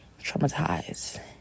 traumatized